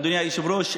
אדוני היושב-ראש,